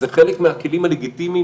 זה חלק מהכלים הלגיטימיים,